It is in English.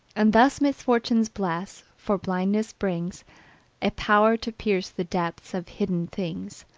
and thus misfortunes bless, for blindness brings a power to pierce the depths of hidden things,